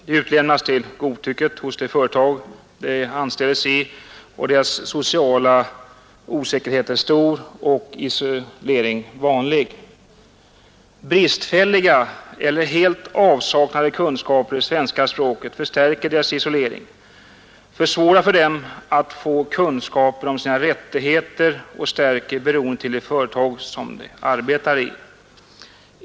Man utlämnas till godtycket hos det företag man anställes i, den sociala osäkerheten är stor och isolering vanlig. Bristfälliga eller helt obefintliga kunskaper i svenska språket förstärker denna isolering, försvårar för invandrarna att få kännedom om sina rättigheter och ökar beroendet till det företag de arbetar i.